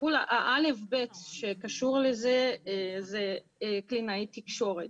הטיפול בסיסי שקשור לזה הוא קלינאית תקשורת.